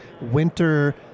winter